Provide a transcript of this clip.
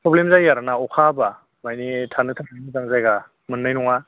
problem जायो आरो ना अखा हाब्ला मानि थानो थाखाय मोजां जायगा मोननाय नङा